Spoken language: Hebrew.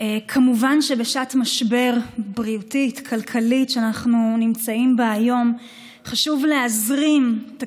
כמובן שבשעת משבר בריאותי-כלכלי שאנחנו נמצאים בה היום חשוב להזרים מהר